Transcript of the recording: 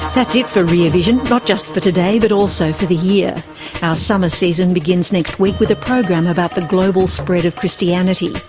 that's it for rear vision, not just for today but also for the year. our summer season begins next week with a program about the global spread of christianity.